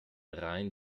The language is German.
rein